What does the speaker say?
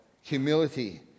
humility